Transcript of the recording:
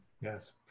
Yes